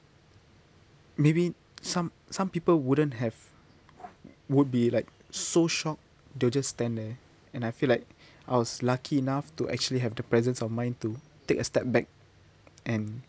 maybe some some people wouldn't have would be like so shocked they will just stand there and I feel like I was lucky enough to actually have the presence of mind to take a step back and